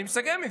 אני מסכם.